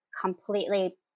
completely